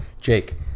Jake